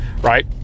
Right